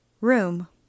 room